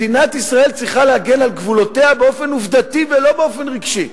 מדינת ישראל צריכה להגן על גבולותיה באופן עובדתי ולא באופן רגשי.